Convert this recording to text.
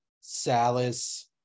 salas